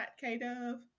K-Dove